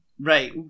Right